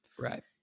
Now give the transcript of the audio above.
Right